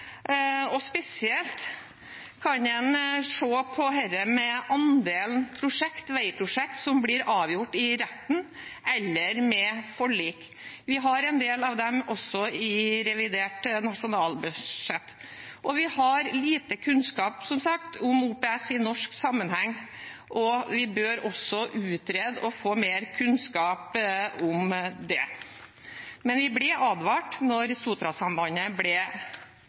Spesielt kan en se på andelen veiprosjekter som blir avgjort i retten, eller med forlik. Vi har en del av dem også i revidert nasjonalbudsjett. Vi har som sagt lite kunnskap om OPS i norsk sammenheng, og vi bør utrede og få mer kunnskap om det. Men vi ble advart da Sotrasambandet ble